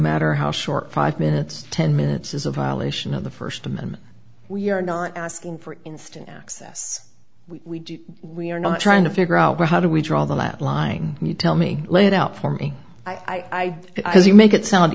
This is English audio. matter how short five minutes ten minutes is a violation of the first amendment we are not asking for instant access we we are not trying to figure out how do we draw the last line you tell me lay it out for me i make it sound